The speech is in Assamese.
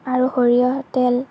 আৰু সৰিয়হ তেল